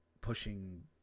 pushing